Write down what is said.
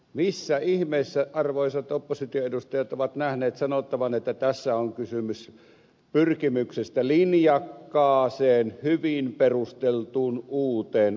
missä ihmeessä arvoisat opposition edustajat ovat nähneet sanottavan että tässä on kysymys pyrkimyksestä linjakkaaseen hyvin perusteltuun uuteen aluehallintoon